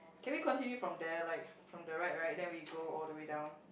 can we continue from there like from the right right then we go all the way down